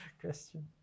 question